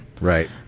Right